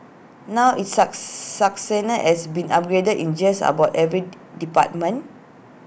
now its sucks suck sender has been upgraded in just about every D department